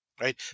Right